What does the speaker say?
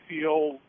feel